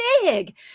big